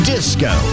Disco